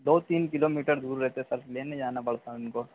दो तीन किलोमीटर दूर रहते है सर लेने जाना पड़ता है उनको